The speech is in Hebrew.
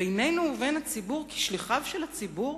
בינינו ובין הציבור כשליחיו של הציבור,